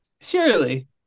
Surely